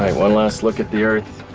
one last look at the earth.